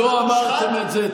לא אמרתם את זה.